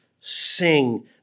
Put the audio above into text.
sing